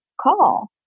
call